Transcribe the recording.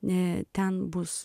ne ten bus